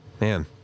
Man